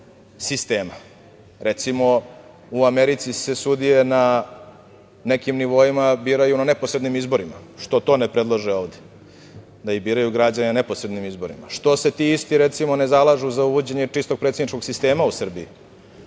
Recimo, u Americi se sudije na nekim nivoima biraju neposrednim izborima. Što to ne predlože ovde, da ih biraju građani na neposrednim izborima? Što se ti isti ne zalažu za uvođenje istog predsedničkog sistema u Srbiji